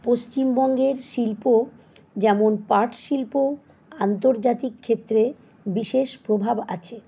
পশ্চিমবঙ্গের শিল্প যেমন পাট শিল্প আন্তর্জাতিক ক্ষেত্রে বিশেষ প্রভাব আছে